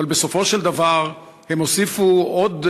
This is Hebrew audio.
אבל בסופו של דבר הן הוסיפו עוד,